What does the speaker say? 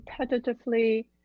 competitively